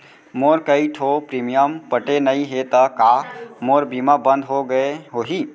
मोर कई ठो प्रीमियम पटे नई हे ता का मोर बीमा बंद हो गए होही?